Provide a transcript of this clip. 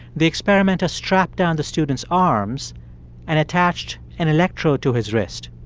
the experimenter strapped down the student's arms and attached an electrode to his wrist.